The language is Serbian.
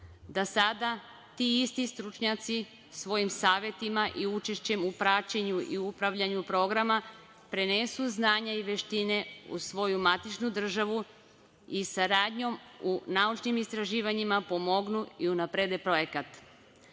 da sada ti isti stručnjaci svojim savetima i učešću u praćenju i upravljanju programa prenesu znanja i veštine u svoju matičnu državu i saradnjom u naučnim istraživanjima pomognu i unaprede